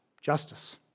justice